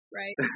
right